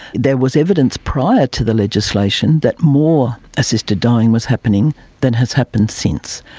there was evidence prior to the legislation that more assisted dying was happening than has happened since.